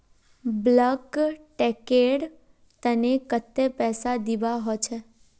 bulk tanker तने कत्ते पैसा दीबा ह छेक